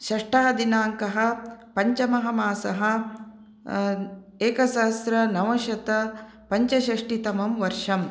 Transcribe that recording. षष्टः दिनाङ्कः पञ्चमः मासः एकसहस्रनवशतपञ्चषष्टितमं वर्षम्